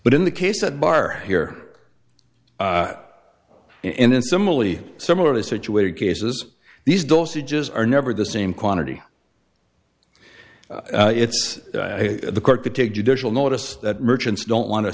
but in the case at bar here in similarly similarly situated cases these dosages are never the same quantity it's the court to take judicial notice that merchants don't wan